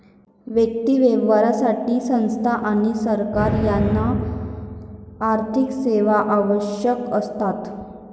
व्यक्ती, व्यावसायिक संस्था आणि सरकार यांना आर्थिक सेवा आवश्यक असतात